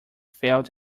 failed